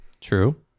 True